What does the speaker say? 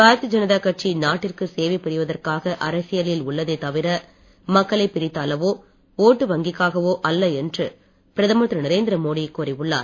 பாரதிய ஜனதா கட்சி நாட்டிற்கு சேவை புரிவதற்காக அரசியலில் உள்ளதே தவிர மக்களை பிரித்தாளவோ ஓட்டு வங்கிக்காகவோ அல்ல என்று பிரதமர் திரு நரேந்திர மோடி கூறியுள்ளார்